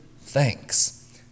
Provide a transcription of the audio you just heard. thanks